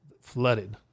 flooded